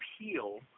appeal